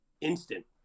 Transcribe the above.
instant